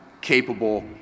capable